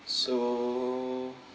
so